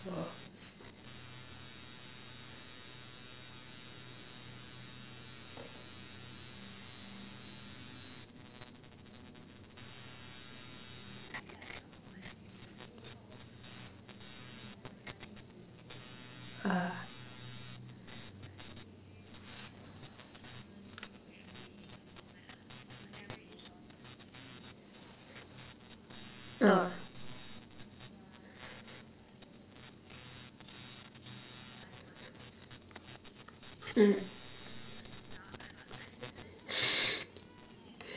ah ah mm